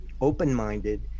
open-minded